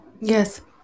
Yes